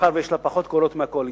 מאחר שיש לה פחות קולות מהקואליציה,